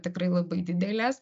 tikrai labai didelės